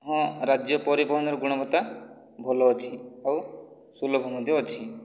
ହଁ ରାଜ୍ୟ ପରିବହନର ଗୁଣବତ୍ତା ଭଲ ଅଛି ଆଉ ସୁଲଭ ମଧ୍ୟ ଅଛି